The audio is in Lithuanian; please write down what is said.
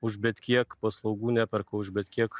už bet kiek paslaugų neperka už bet kiek